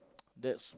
that's